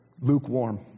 lukewarm